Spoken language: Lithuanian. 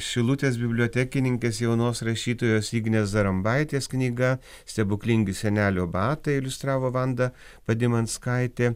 šilutės bibliotekininkės jaunos rašytojos ignės zarambaitės knyga stebuklingi senelio batai iliustravo vanda padimanskaitė